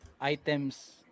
items